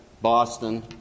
Boston